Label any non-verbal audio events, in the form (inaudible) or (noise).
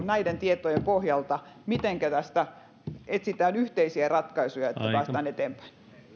(unintelligible) näiden tietojen pohjalta poliittisen keskustelun siitä mitenkä tähän etsitään yhteisiä ratkaisuja että päästään eteenpäin